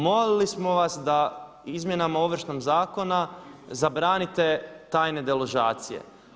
Molili smo vas da izmjenama Ovršnog zakona zabranite tajne deložacije.